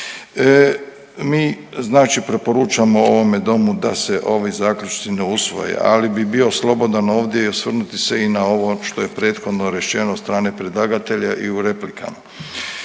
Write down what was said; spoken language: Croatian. Mi znači preporučamo ovome domu da se ovi zaključci ne usvoje, ali bi bio slobodan ovdje i osvrnuti se i na ovo što je prethodno rečeno od strane predlagatelja i u replikama.